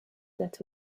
that